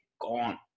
gone